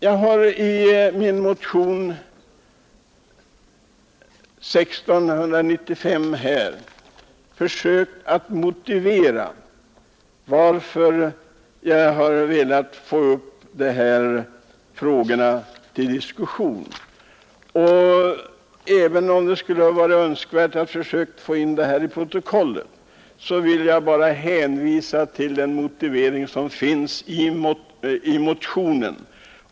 Jag har i min motion 1695 försökt att motivera varför jag har velat ta upp dessa frågor till diskussion, och även om det hade varit bra att få in den motiveringen i kammarens protokoll skall jag nöja mig med att hänvisa till motionen.